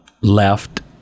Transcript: left